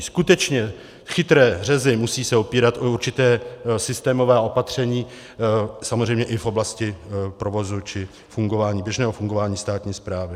Skutečně chytré řezy se musí opírat o určitá systémová opatření, samozřejmě i v oblasti provozu či fungování, běžného fungování státní správy.